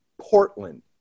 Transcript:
Portland